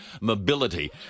mobility